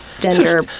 gender